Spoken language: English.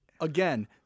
Again